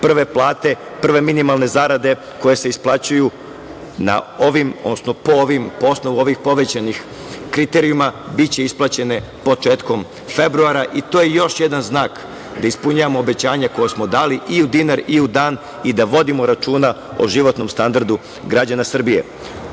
prve plate, prve minimalne zarade koje se isplaćuju po osnovu ovih povećanih kriterijuma biće isplaćene početkom februara i to je još jedan znak da ispunjavamo obećanja koja smo dali i u dinar i u dan i da vodimo računa o životnom standardu građana Srbije.Za